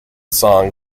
song